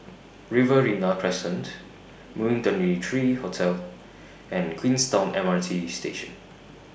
Riverina Crescent Moon twenty three Hotel and Queenstown M R T Station